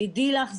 תדעי לך,